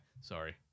Sorry